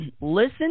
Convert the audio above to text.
listen